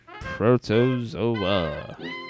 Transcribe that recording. Protozoa